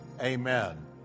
amen